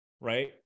right